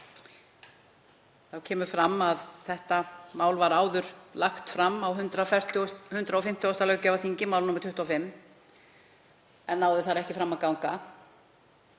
kemur fram að þetta mál var áður lagt fram á 150. löggjafarþingi, mál nr. 25, en náði ekki fram að ganga,